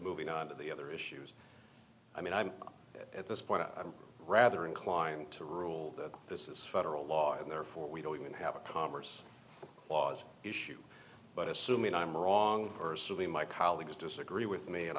moving on to the other issues i mean i'm at this point i'm rather inclined to rule that this is federal law and therefore we don't even have a commerce clause issue but assuming i'm wrong or silly my colleagues disagree with me and